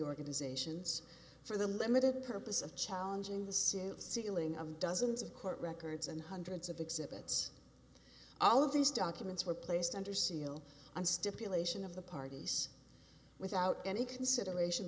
organizations for the limited purpose of challenging the suit sealing of dozens of court records and hundreds of exhibits all of these documents were placed under seal on stipulation of the parties without any consideration